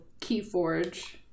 Keyforge